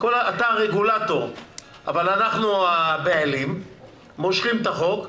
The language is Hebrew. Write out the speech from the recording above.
אתה הרגולטור, אבל אנחנו הבעלים מושכים את החוק.